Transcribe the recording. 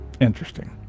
interesting